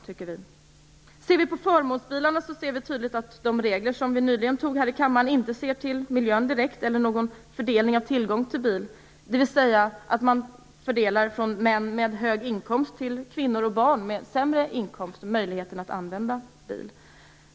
Ser man på förmånsbilarna märker man tydligt att de regler vi nyligen fattade beslut om här i kammaren inte direkt ser till miljön eller till fördelningen av tillgången till bil, dvs. en fördelning från män med hög inkomst till kvinnor med barn och sämre inkomst.